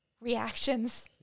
reactions